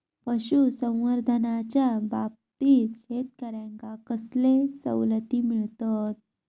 पशुसंवर्धनाच्याबाबतीत शेतकऱ्यांका कसले सवलती मिळतत?